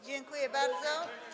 Dziękuję bardzo.